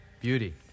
Beauty